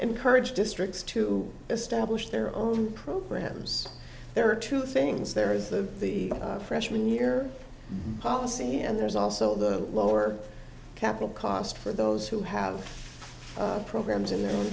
encourage districts to establish their own programs there are two things there is the the freshman year policy and there's also the lower capital cost for those who have programs in their